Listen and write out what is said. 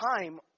time